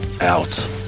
out